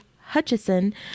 Hutchison